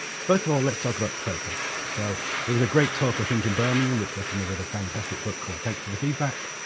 first of all, let's talk about purpose. so there was a great talk in birmingham which recommended a fantastic book called thanks for the feedback.